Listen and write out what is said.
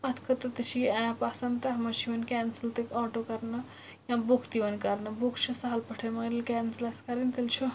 اَتھ خٲطرٕ تہِ چھِ یہِ ایپ آسان تَتھ منٛز چھُ یوان کیٚنسل تہِ آٹو کَرنہٕ یا بُک تہِ یوان کَرنہٕ بُک چھُ سَہل پٲٹھۍ مگر ییٚلہِ کیٚنسل آسہِ کَرٕنۍ تیٚلہِ چھُ